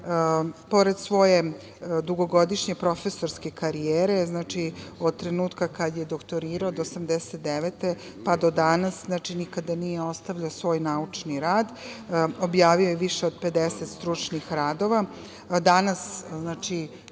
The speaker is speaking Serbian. pored svoje dugogodišnje profesorske karijere, od trenutka kada je doktorirao 1989. godine, pa do danas, nikada nije ostavljao svoj naučni rad. Objavio je više od 50 stručnih radova. Danas kada